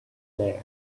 there